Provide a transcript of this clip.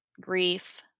grief